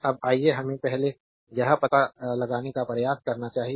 अब आइए हमें पहले यह पता लगाने का प्रयास करना चाहिए